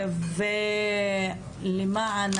למען